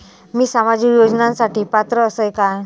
मी सामाजिक योजनांसाठी पात्र असय काय?